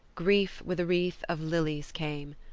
grief with a wreath of lilies came.